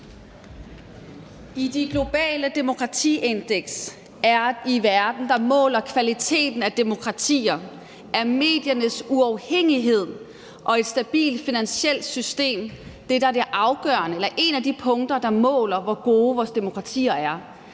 I de globale demokratiindeks i verden, der måler kvaliteten af demokratier, er mediernes uafhængighed og et stabilt finansielt system det, der er det afgørende, eller en af de punkter, der måler, hvor gode vores demokratier er.